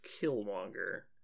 Killmonger